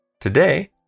Today